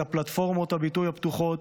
את פלטפורמות הביטוי הפתוחות,